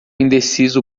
indeciso